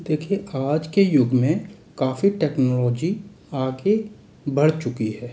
देखिए आज के युग में काफ़ी टेक्नोलॉजी आगे बढ़ चुकी है